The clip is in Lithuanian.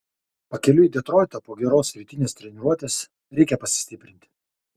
pakeliui į detroitą po geros rytinės treniruotės reikia pasistiprinti